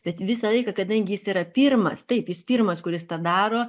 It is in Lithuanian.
bet visą laiką kadangi jis yra pirmas taip jis pirmas kuris tą daro